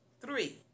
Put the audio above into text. three